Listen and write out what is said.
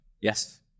Yes